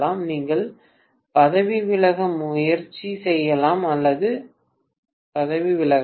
நீங்கள் பதவி விலக முயற்சி செய்யலாம் அல்லது பதவி விலகலாம்